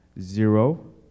zero